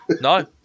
No